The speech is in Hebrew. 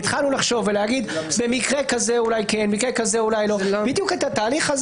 תנו לנו זמן מספיק להגיש לכם הצעת חוק.